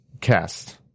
cast